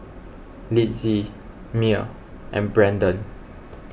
Litzy Myer and Brendon